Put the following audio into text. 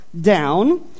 down